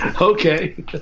Okay